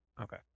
Okay